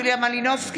אבו שחאדה,